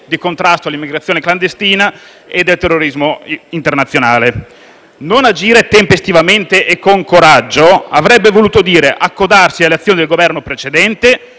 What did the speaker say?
di contrasto all'immigrazione clandestina e al terrorismo internazionale. Non agire tempestivamente e con coraggio, avrebbe voluto dire accodarsi alle azioni del Governo precedente,